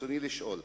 רצוני לשאול: